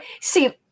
see